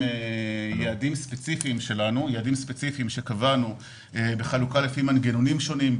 יעדים מוצעים - יעדים ספציפיים שקבענו בחלוקה לפי מנגנונים שונים,